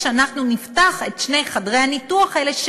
שאנחנו נפתח את שני חדרי הניתוח האלה,